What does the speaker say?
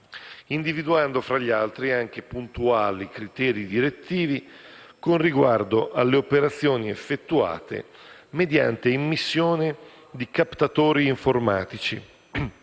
individuando, fra gli altri, anche puntuali criteri direttivi con riguardo alle operazioni effettuate mediante immissione di captatori informatici,